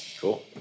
cool